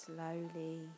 Slowly